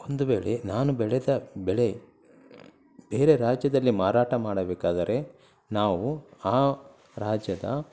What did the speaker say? ಒಂದು ವೇಳೆ ನಾನು ಬೆಳೆದ ಬೆಳೆ ಬೇರೆ ರಾಜ್ಯದಲ್ಲಿ ಮಾರಾಟ ಮಾಡಬೇಕಾದರೆ ನಾವು ಆ ರಾಜ್ಯದ